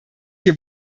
hier